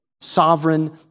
Sovereign